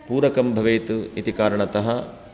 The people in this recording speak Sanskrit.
पूरकं भवेत् इति कारणतः